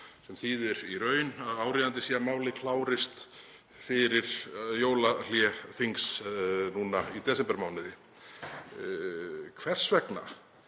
sem þýðir í raun að áríðandi sé að málið klárist fyrir jólahlé þings núna í desembermánuði: Hvers vegna